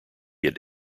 had